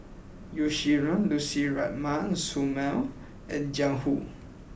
Yeo Shih Yun Lucy Ratnammah Samuel and Jiang Hu